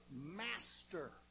master